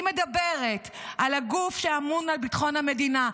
היא מדברת על הגוף שאמון על ביטחון המדינה.